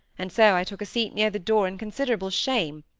and so i took a seat near the door in considerable shame,